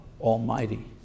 Almighty